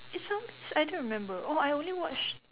it sounds I don't remember oh I only watch